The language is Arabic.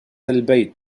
البيت